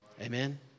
Amen